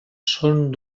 són